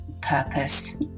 purpose